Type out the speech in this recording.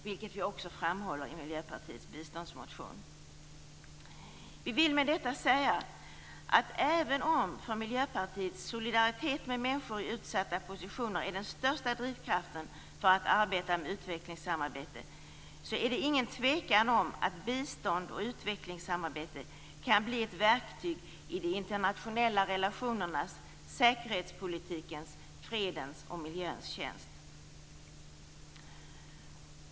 Det framhåller vi också i Vi vill med detta säga att även om solidaritet med människor i utsatta positioner är den största drivkraften för Miljöpartiet för att arbeta med utvecklingssamarbete så är det ingen tvekan om att bistånd och utvecklingssamarbete kan bli ett verktyg i de internationella relationernas, säkerhetspolitikens, fredens och miljöns tjänst.